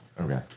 Okay